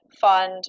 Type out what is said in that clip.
fund